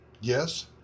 yes